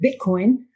Bitcoin